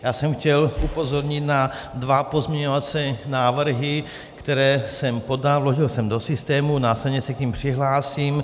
Já jsem chtěl upozornit na dva pozměňovací návrhy, které jsem podal a vložil jsem do systému, následně se k nim přihlásím.